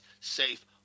safe